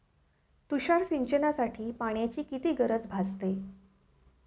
तुषार सिंचनासाठी पाण्याची किती गरज भासते?